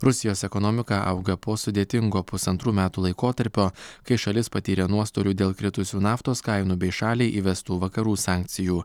rusijos ekonomika auga po sudėtingo pusantrų metų laikotarpio kai šalis patyrė nuostolių dėl kritusių naftos kainų bei šaliai įvestų vakarų sankcijų